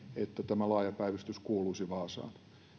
että tämä laaja päivystys kuuluisi vaasaan